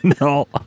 No